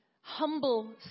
humble